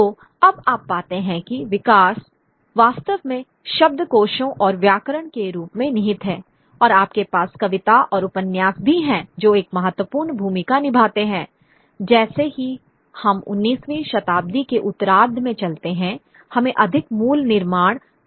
तो अब आप पाते हैं कि विकास वास्तव में शब्दकोशों और व्याकरण के रूप में निहित है और आपके पास कविता और उपन्यास भी हैं जो एक महत्वपूर्ण भूमिका निभाते हैं जैसे ही हम 19वीं शताब्दी के उत्तरार्ध में चलते हैं हमें अधिक मूल निर्माण कार्य मिलते हैं